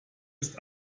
ist